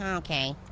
um okay.